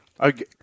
Okay